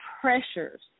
pressures